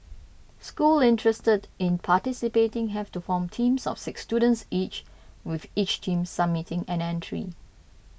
school interested in participating have to form teams of six students each with each team submitting an entry